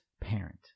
parent